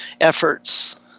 efforts